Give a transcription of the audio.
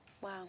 Wow